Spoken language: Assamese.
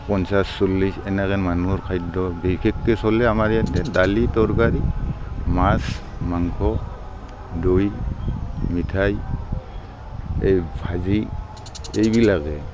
পঞ্চাছ চল্লিছ এনেকে মানুহৰ খাদ্য বিশেষকৈ চলে আমাৰ ইয়াতে দালি তৰকাৰী মাছ মাংস দৈ মিঠাই এই ভাজি এইবিলাকে